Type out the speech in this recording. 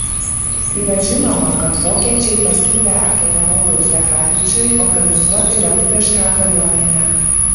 yra žinoma kad vokiečiai pasiūlę generolui plechavičiui organizuoti lietuvišką kariuomenę